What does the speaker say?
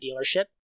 dealership